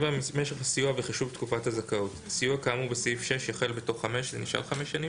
הסיוע וחישוב תקופת הזכאות סיוע כאמור בסעיף 6 יחל בתוך 5 שנים.